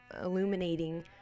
illuminating